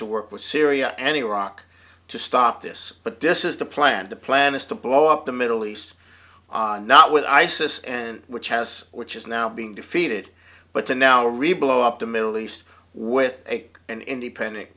to work with syria and iraq to stop this but this is the plan the plan is to blow up the middle east not with isis and which has which is now being defeated but the now rebill up the middle east with a an independent